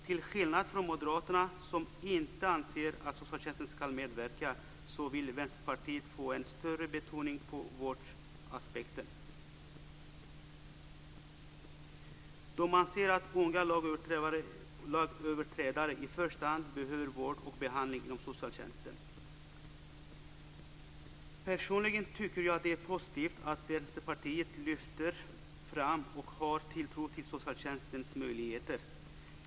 Till skillnad från Moderaterna, som inte anser att socialtjänsten skall medverka, vill Vänsterpartiet få en större betoning på vårdaspekten och anser att unga lagöverträdare i första hand behöver vård och behandling inom socialtjänsten. Personligen tycker jag att det är positivt att Vänsterpartiet lyfter fram och har tilltro till socialtjänstens möjligheter.